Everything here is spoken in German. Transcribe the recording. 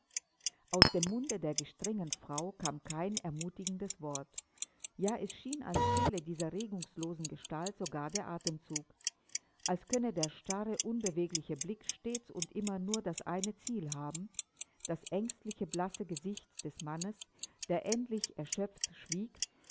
aus dem munde der gestrengen frau kam kein ermutigendes wort ja es schien als fehle dieser regungslosen gestalt sogar der atemzug als könne der starre unbewegliche blick stets und immer nur das eine ziel haben das ängstliche blasse gesicht des mannes der endlich erschöpft schwieg